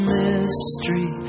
mystery